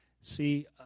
See